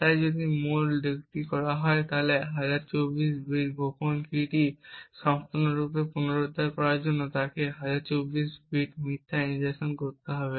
তাই যদি মূল দিকটি বলা হয় 1024 বিট গোপন কীটি সম্পূর্ণরূপে পুনরুদ্ধার করার জন্য তাকে 1024 বিট মিথ্যা ইনজেকশন করতে হবে